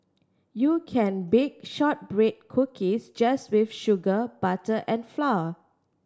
you can bake shortbread cookies just with sugar butter and flour